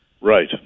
Right